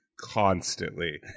constantly